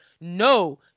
No